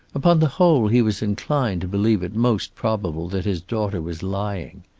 upon the whole he was inclined to believe it most probable that his daughter was lying.